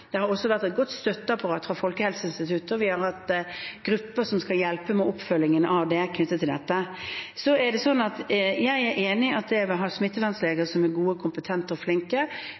det arbeidet. Det har også vært et godt støtteapparat fra Folkehelseinstituttet, og vi har hatt grupper som skal hjelpe med oppfølgingen knyttet til dette. Jeg er enig i at det å ha smittevernleger som er gode, kompetente og flinke,